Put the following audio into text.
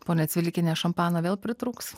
ponia cvilikiene šampano vėl pritrūks